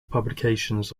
publications